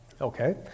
Okay